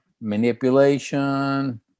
manipulation